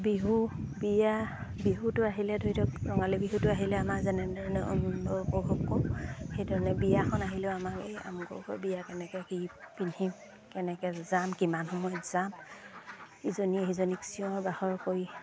বিহু বিয়া বিহুটো আহিলে ধৰি লওক ৰঙালী বিহুটো আহিলে আমাৰ যেনেধৰণে আনন্দ উপভোগ কৰোঁ সেইধৰণে বিয়াখন আহিলেও আমাক এই আমুকৰ ঘৰত বিয়া কেনেকৈ কি পিন্ধিম কেনেকৈ যাম কিমান সময়ত যাম ইজনীয়ে সিজনীক চিঞৰ বাখৰ কৰি